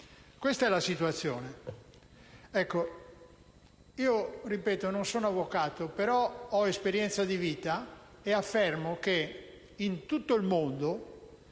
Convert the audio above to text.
Questa è la situazione. Ripeto, non sono avvocato, ma ho esperienza di vita e posso affermare che in tutto il mondo